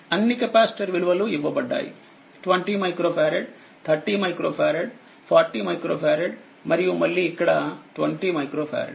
అన్ని కెపాసిటర్ విలువలు ఇవ్వబడ్డాయి 20మైక్రోఫారడ్ 30మైక్రోఫారడ్ 40 మైక్రోఫారడ్మరియు మళ్ళీ ఇక్కడ20 మైక్రోఫారడ్